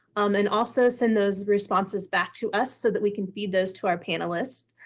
um and also send those responses back to us so that we can feed those to our panelists.